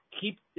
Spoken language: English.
keep